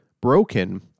broken